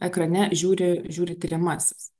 ekrane žiūri žiūri tiriamasis